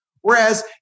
Whereas